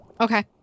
Okay